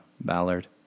ballard